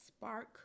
spark